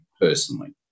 personally